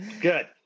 Good